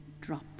drop